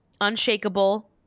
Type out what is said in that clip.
unshakable